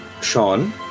Sean